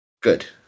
Good